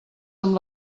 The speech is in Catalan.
amb